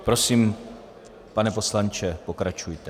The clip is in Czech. Prosím, pane poslanče, pokračujte.